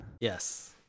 yes